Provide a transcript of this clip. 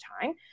time